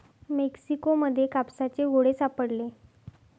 Mexico मध्ये कापसाचे गोळे सापडले